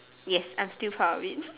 yes I'm still proud of it